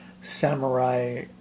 samurai